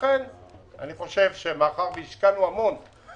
לכן אני חושב שמאחר שהשקענו המון